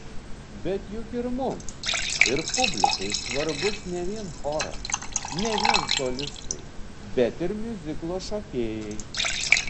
bet juk ir mums ir publikai svarbus ne vien choras ne vien solistai bet ir miuziklo šokėjai